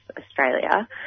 Australia